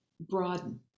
Broaden